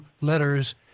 letters